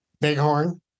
Bighorn